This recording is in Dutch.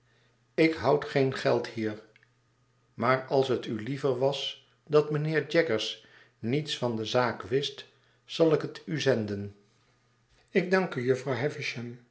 ik houd geen geld hier maar als het u liever was dat mijnheer jaggers niets van de zaak wist zal ik het u zenden ik dank u jufvrouw